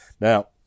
Now